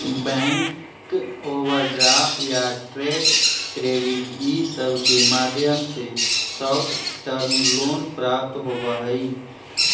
bank overdraft या trade credit इ सब के माध्यम से शॉर्ट टर्म लोन प्राप्त होवऽ हई